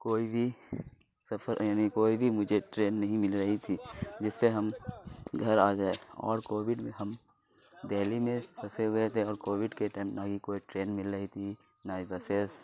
کوئی بھی سفر یعنی کوئی بھی مجھے ٹرین نہیں مل رہی تھی جس سے ہم گھر آ جائے اور کووڈ میں ہم دہلی میں پھنسے ہوئے تھے اور کووڈ کے ٹائم نہ ہی کوئی ٹرین مل رہی تھی نہ ہی بسیز